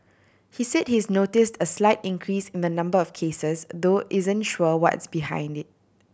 he said he's noticed a slight increase in the number of cases though isn't sure what's behind it